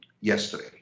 yesterday